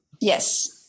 Yes